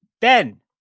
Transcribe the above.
Ben